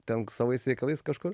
ten savais reikalais kažkur